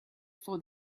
for